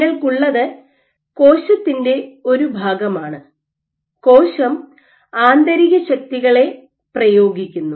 നിങ്ങൾക്കുള്ളത് കോശത്തിൻറെ ഒരു ഭാഗമാണ് കോശം ആന്തരിക ശക്തികളെ പ്രയോഗിക്കുന്നു